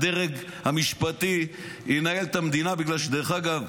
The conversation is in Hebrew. הדרג המשפטי ינהל את את המדינה בגלל שדרך אגב,